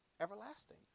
everlasting